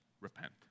repent